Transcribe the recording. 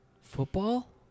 football